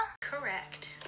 Correct